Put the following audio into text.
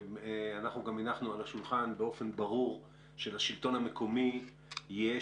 אני אומר שאנחנו גם הנחנו על השולחן באופן ברור שלשלטון המקומי יש